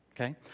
okay